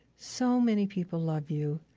so many people love you,